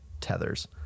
tethers